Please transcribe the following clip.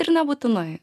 ir nebūtinai